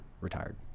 retired